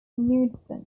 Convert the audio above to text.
knudsen